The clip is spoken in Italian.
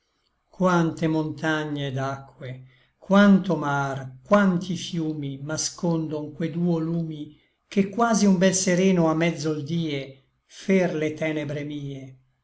quante montagne et acque quanto mar quanti fiumi m'ascondon que duo lumi che quasi un bel sereno a mezzo l die fer le tenebre mie